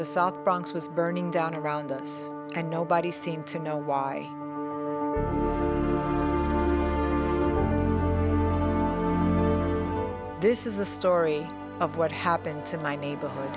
the south bronx was burning down around us and nobody seemed to know why this is a story of what happened to my neighborhood